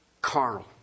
carnal